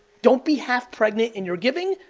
don't be half-pregnant in your giving.